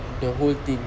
the whole thing